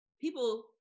People